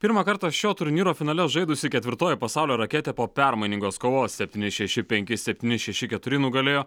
pirmą kartą šio turnyro finale žaidusi ketvirtoji pasaulio raketė po permainingos kovos septyni šeši penki septyni šeši keturi nugalėjo